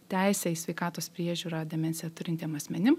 teisę į sveikatos priežiūrą demencija turintiem asmenim